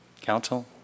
Council